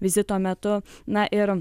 vizito metu na ir